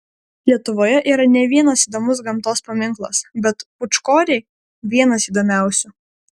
lietuvoje yra ne vienas įdomus gamtos paminklas bet pūčkoriai vienas įdomiausių